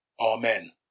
Amen